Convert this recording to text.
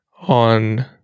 on